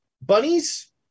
Bunnies